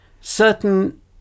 certain